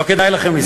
לא כדאי לכם להסתבך.